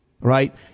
Right